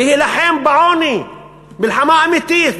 להילחם בעוני מלחמה אמיתית,